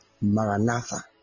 Maranatha